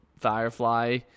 Firefly